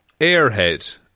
airhead